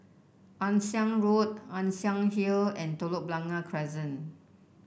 Ann Siang Road Ann Siang Hill and Telok Blangah Crescent